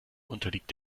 unterliegt